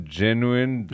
genuine